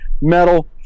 metal